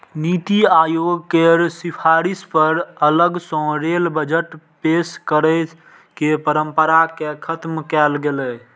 नीति आयोग केर सिफारिश पर अलग सं रेल बजट पेश करै के परंपरा कें खत्म कैल गेलै